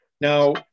Now